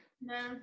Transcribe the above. No